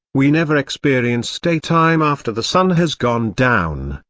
we never experience daytime after the sun has gone down.